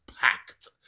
packed